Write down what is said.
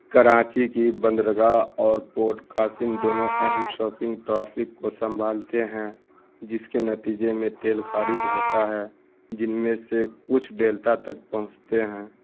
کراچی کی بندرگاہ اور پورٹ قاسم دونوں اہم شاپنگ ٹرافک کو سنبھالتے ہیں جس کے نتیجے میں تیل خارج ہوتا ہے جن میں سے کچھ ڈیلٹا تک پہنچتے ہیں